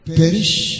perish